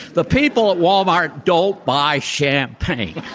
the people at walmart don't buy champagne.